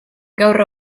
gaur